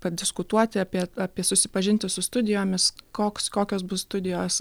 padiskutuoti apie apie susipažinti su studijomis koks kokios bus studijos